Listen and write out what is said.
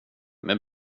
med